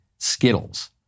Skittles